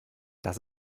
das